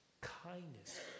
kindness